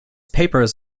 papers